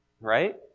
Right